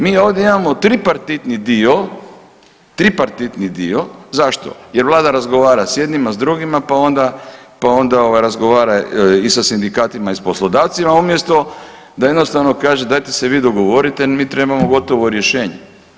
Mi ovdje imamo tripartitni dio, tripartitni dio, zašto, jer vlada razgovara s jednima, s drugima pa onda, pa onda ovaj i sa sindikatima i s poslodavcima umjesto da jednostavno kaže dajte se vi dogovorite jer mi trebamo gotovo rješenje.